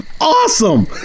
awesome